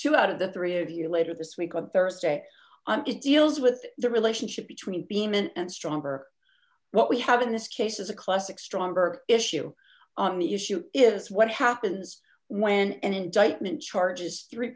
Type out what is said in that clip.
two out of the three of you later this week on thursday and get deals with the relationship between beam and stronger what we have in this case is a classic stronger issue on the issue is what happens when an indictment charges three